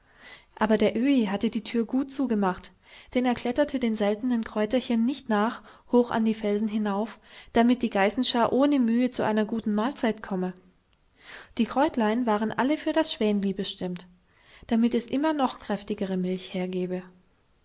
aber der öhi hatte die tür gut zugemacht denn er kletterte den seltenen kräuterchen nicht nach hoch an die felsen hinauf damit die geißenschar ohne mühe zu einer guten mahlzeit komme die kräutlein waren alle für das schwänli bestimmt damit es immer noch kräftigere milch hergebe